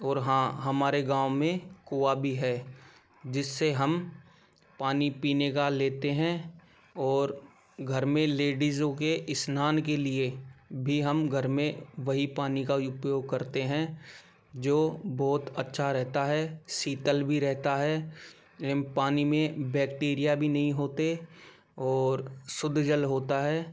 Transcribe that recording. और हाँ हमारे गाँव में कुआँ भी है जिससे हम पानी पीने का लेते हैं और घर में लेडिजों के स्नान के लिए भी हम घर में वही पानी का उपयोग करते हैं जो बहुत अच्छा रहता है शीतल भी रहता है एवं पानी में बैक्टीरिया भी नहीं होते और शुद्ध जल होता है